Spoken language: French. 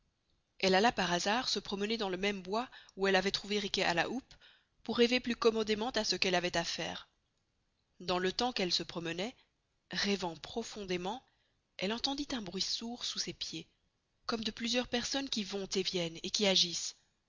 elle alla par hasard se promener dans le même bois où elle avoit trouvé riquet à la houppe pour rêver plus commodement à ce qu'elle avoit à faire dans le tems qu'elle se promenoit rêvant profondement elle entendit un bruit sourd sous ses pieds comme de plusieurs personnes qui vont et viennent et qui agissent